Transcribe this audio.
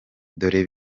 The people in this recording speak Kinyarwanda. dore